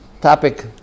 topic